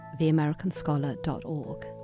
theamericanscholar.org